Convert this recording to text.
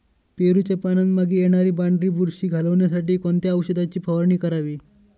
पेरूच्या पानांमागे येणारी पांढरी बुरशी घालवण्यासाठी कोणत्या औषधाची फवारणी करावी?